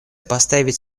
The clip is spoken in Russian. поставить